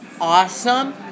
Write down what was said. awesome